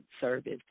service